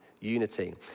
unity